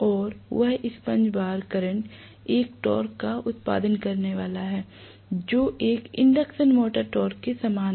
और वह sponge bar current एक टॉर्क का उत्पादन करने वाला है जो एक इंडक्शन मोटर टॉर्क के समान है